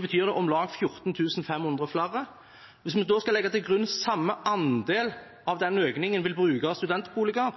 betyr det om lag 14 500 flere. Hvis vi skal legge til grunn at samme andel av den økningen vil bruke studentboliger,